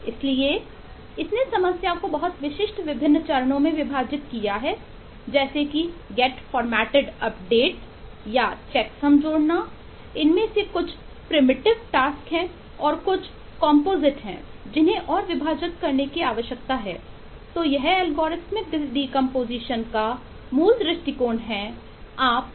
इसलिए इसने समस्या को बहुत विशिष्ट विभिन्न चरणों में विभाजित किया है जैसे कि गेट फॉर्मेटेड अपडेट का मूल दृष्टिकोण है आप पूरे कार्य को देखते हैं